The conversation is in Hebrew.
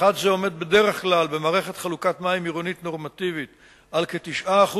פחת זה עומד בדרך כלל במערכת חלוקת מים עירונית נורמטיבית על כ-9%,